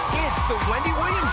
it's the wendy williams